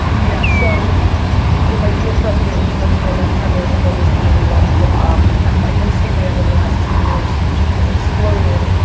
yeah, so what my dear friend here who's known me for a long time knows i've always really loved hip hop, as my instagram over the last two years has exploded,